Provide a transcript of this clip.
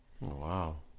wow